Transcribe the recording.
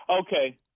Okay